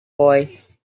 boy